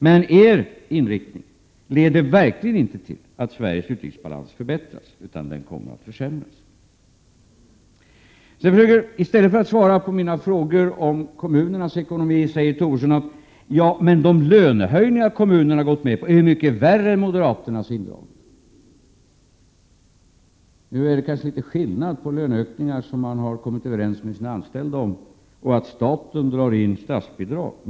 Men moderaternas inriktning leder verkligen inte till att Sveriges utrikesbalans förbättras, utan till att den kommer att försämras. I stället för att svara på mina frågor om kommunernas ekonomi säger Tobisson att de löneökningar som kommunerna har gått med på är mycket värre än moderaternas indragning. Låt vara att det kanske är litet skillnad på löneökningar som man har kommit överens om med sina anställda och att staten drar in statsbidrag.